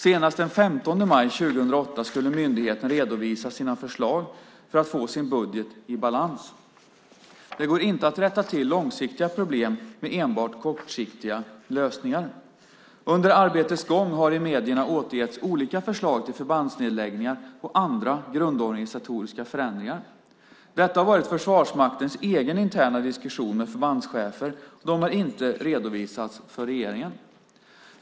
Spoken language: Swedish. Senast den 15 maj 2008 skulle myndigheten redovisa sina förslag för att få sin budget i balans. Det går inte att rätta till långsiktiga problem med enbart kortsiktiga lösningar. Under arbetets gång har i medierna återgetts olika förslag till förbandsnedläggningar och andra grundorganisatoriska förändringar. Detta har varit Försvarsmaktens egen interna diskussion med förbandschefer, och de har inte redovisats för regeringen.